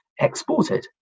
exported